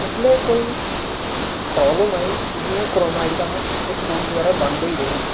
जिसलै कोई प्राबलम आई जियां करोना आई गेदा हा स्कूल बगैरा बंद होई गेदे हे